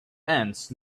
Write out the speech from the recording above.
ants